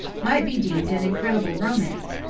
might be deemed an incredible romance,